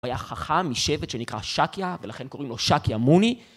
היה חכם משבט שנקרא שאקיה, ולכן קוראים לו שאקיה מוני